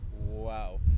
Wow